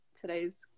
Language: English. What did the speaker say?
today's